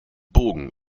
bogen